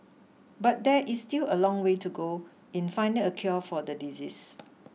but there is still a long way to go in finding a cure for the disease